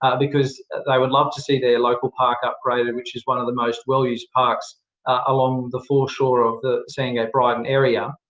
because they would love to see their local park upgraded, which is one of the most well-used parks along the foreshore of the sandgate-brighton area,